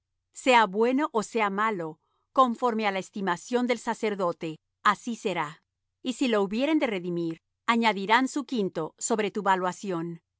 sea bueno ó sea malo conforme á la estimación del sacerdote así será y si lo hubieren de redimir añadirán su quinto sobre tu valuación